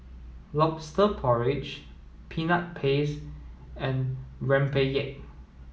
lobster porridge peanut paste and Rempeyek